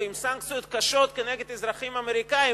עם סנקציות קשות כנגד אזרחים אמריקנים,